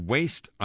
Waste